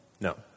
No